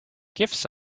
gifts